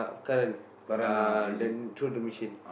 current uh the through the machine